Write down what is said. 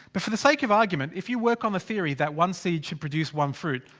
but, for the sake of argument. if you work on the theory that one seed should produce one fruit.